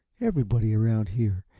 everybody around here.